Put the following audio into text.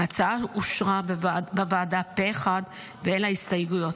ההצעה אושרה בוועדה פה אחד ואין לה הסתייגויות,